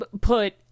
put